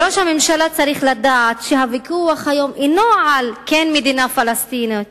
ראש הממשלה צריך לדעת שהוויכוח היום אינו על כן מדינה פלסטינית,